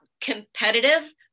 competitive